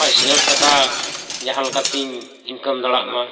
ᱴᱟᱠᱟ ᱡᱟᱦᱟᱸ ᱞᱮᱠᱟᱛᱤᱧ ᱤᱱᱠᱟᱢ ᱫᱟᱲᱮᱭᱟᱜ ᱢᱟ